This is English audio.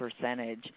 percentage